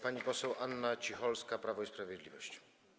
Pani poseł Anna Cicholska, Prawo i Sprawiedliwość.